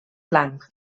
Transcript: blanc